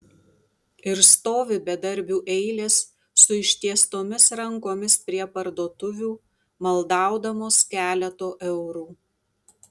ir stovi bedarbių eilės su ištiestomis rankomis prie parduotuvių maldaudamos keleto eurų